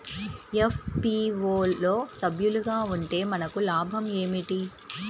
FPO లో సభ్యులుగా ఉంటే మనకు లాభం ఏమిటి?